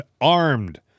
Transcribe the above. armed